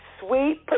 sweet